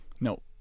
No